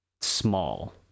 small